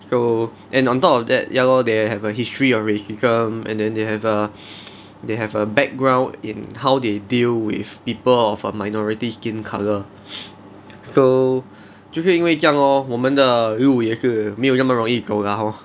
so and on top of that ya lor they have a history of racism and then they have err they have a background in how they deal with people of a minority skin colour so 就是因为这样 lor 我们的路也是没有这么容易走 lah hor